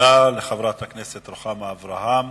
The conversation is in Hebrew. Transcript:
תודה לחברת הכנסת רוחמה אברהם.